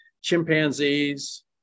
chimpanzees